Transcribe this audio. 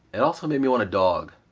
it also made me want a dog.